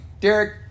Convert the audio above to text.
Derek